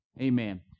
Amen